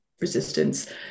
resistance